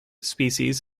species